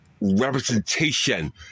representation